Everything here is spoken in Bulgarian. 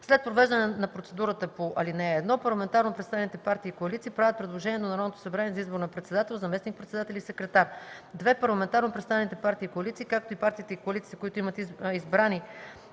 След провеждане на процедурата по ал. 1: 1. парламентарно представените партии и коалиции правят предложение до Народното събрание за избор на председател, заместник-председатели и секретар; 2. парламентарно представените партии и коалиции, както и партиите и коалициите, които имат избрани